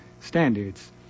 standards